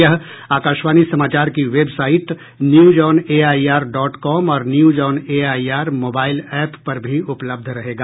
यह आकाशवाणी समाचार की website news on AIR dot com और news on AIR mobile app पर भी उपलब्ध रहेगा